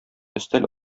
өстәл